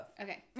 Okay